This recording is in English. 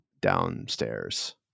downstairs